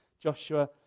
Joshua